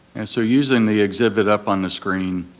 and so using the exhibit up on the screen,